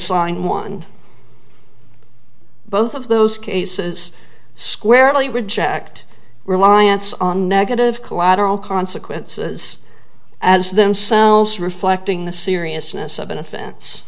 sign one both of those cases squarely reject reliance on negative collateral consequences as themselves reflecting the seriousness of